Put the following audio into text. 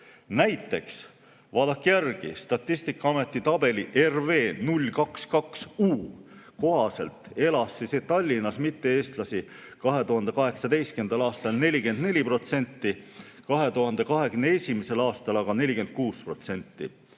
Näiteks, vaadake järgi: Statistikaameti tabeli RV0222U kohaselt elas Tallinnas mitte-eestlasi 2018. aastal 44%, 2021. aastal aga 46%.